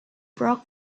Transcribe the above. broke